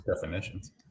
definitions